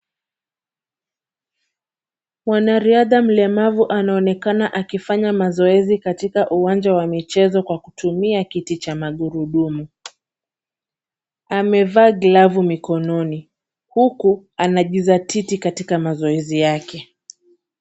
Mwanariadha mlemavu anaonekana akifanya mazoezi katika uwanja wa michezo kwa kutumia kiti cha magurudumu, amevaa glavu mikononi, huku anajizatiti katika mazoezi yake.